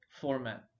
format